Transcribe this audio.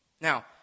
Now